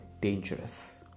dangerous